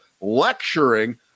lecturing